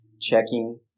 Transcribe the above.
checking